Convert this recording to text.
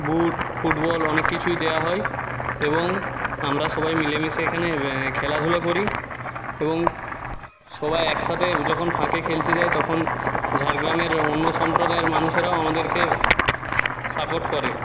বুট football অনেক কিছুই দেওয়া হয় এবং আমরা সবাই মিলেমিশে এখানে খেলাধুলো করি এবং সবাই একসাথে যখন ফাঁকে খেলতে যায় তখন ঝাড়গ্রামের অন্য সম্প্রদায়ের মানুষেরাও আমাদেরকে সাপোর্ট করে